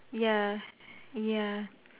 ya ya